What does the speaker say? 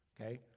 Okay